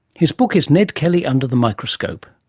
his book is ned kelly under the microscope,